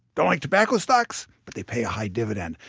don't like tobacco stocks? but they pay a high dividend.